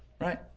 right